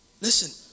Listen